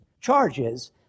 charges